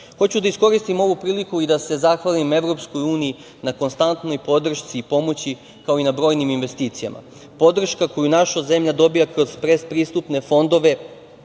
da iskoristim ovu priliku i da se zahvalim Evropskoj uniji na konstantnoj podršci i pomoći, kao i na brojnim investicijama. Podrška koju naša zemlja dobija kroz pretpristupne fondove